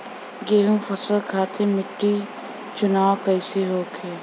गेंहू फसल खातिर मिट्टी चुनाव कईसे होखे?